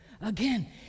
Again